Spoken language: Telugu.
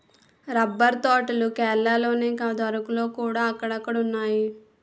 రబ్బర్ తోటలు కేరళలోనే కాదు అరకులోకూడా అక్కడక్కడున్నాయి